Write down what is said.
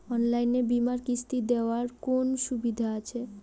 অনলাইনে বীমার কিস্তি দেওয়ার কোন সুবিধে আছে?